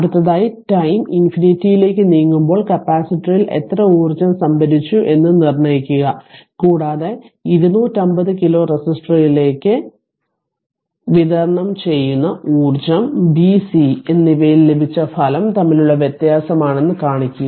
അടുത്തതായി ടൈം ഇൻഫിനിറ്റിലേക്ക് നീങ്ങുമ്പോൾ കപ്പാസിറ്ററിൽ എത്ര ഊർജ്ജം സംഭരിച്ചു എന്ന് നിർണ്ണയിക്കുക കൂടാതെ 250 കിലോ റെസിസ്റ്ററിലേക്ക് വിതരണം ചെയ്യുന്ന ഊർജ്ജം b c എന്നിവയിൽ ലഭിച്ച ഫലം തമ്മിലുള്ള വ്യത്യാസമാണെന്ന് കാണിക്കുക